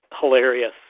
hilarious